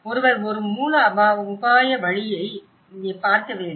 ஒருவர் ஒரு மூல உபாய வழியைப் பார்க்க வேண்டும்